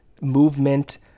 movement